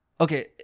okay